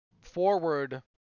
forward